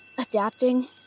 adapting